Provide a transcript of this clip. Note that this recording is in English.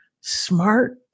smart